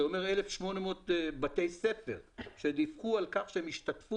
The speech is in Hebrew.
זה אומר 1,850 בתי ספר שדיווחו על כך שהם השתתפו